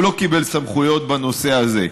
והוא לא קיבל סמכויות בנושא הזה.